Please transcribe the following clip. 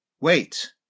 wait